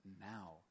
now